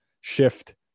shift